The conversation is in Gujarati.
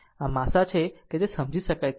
આમ આશા છે કે તે સમજી શકાય તેવું છે